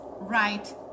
right